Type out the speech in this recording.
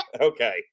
Okay